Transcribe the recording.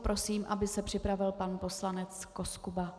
Prosím, aby se připravil pan poslanec Koskuba.